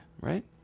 right